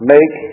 Make